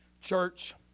church